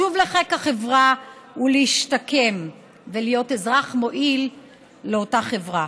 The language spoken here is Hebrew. לשוב לחיק החברה ולהשתקם ולהיות אזרח מועיל לאותה חברה.